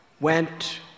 went